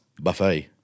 buffet